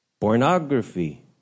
pornography